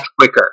quicker